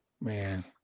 Man